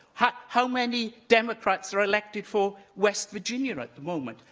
how how many democrats are elected for west virginia at the moment?